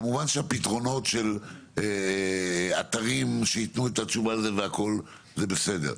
כמובן שהפתרונות של אתרים שיתנו את התשובה והכול זה בסדר,